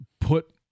put